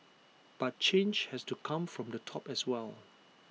but change has to come from the top as well